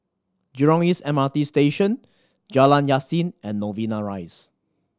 Jurong East M R T Station Jalan Yasin and Novena Rise